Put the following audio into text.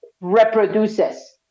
reproduces